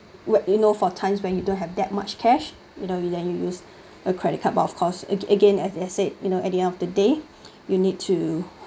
when you know for times when you don't have that much cash you know where you use a credit card but of course ag~ again as I said you know at the end of the day you need to